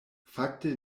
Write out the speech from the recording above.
fakte